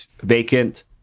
vacant